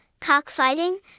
cockfighting